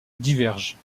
divergent